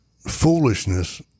foolishness